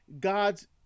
God's